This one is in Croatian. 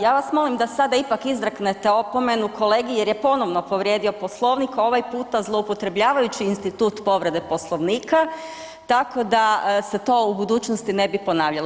Ja vas molim da sada izreknete opomenu Kolegi jer je ponovno povrijedio Poslovnik a ovaj puta zloupotrebljavajući institut povrede Poslovnika tako da se to u budućnosti ne bi ponavljalo.